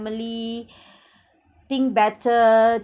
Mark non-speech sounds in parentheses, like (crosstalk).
family (breath) think better